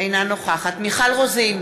אינה נוכחת מיכל רוזין,